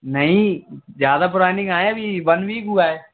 नहीं ज़्यादा पुराने कहाँ है अभी वन वीक हुआ है